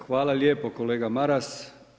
Hvala lijepo kolega Maras.